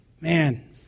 Man